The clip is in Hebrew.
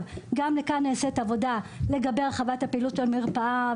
גם כאן נעשית עבודה לגבי הרחבת הפעילות של המרפאה,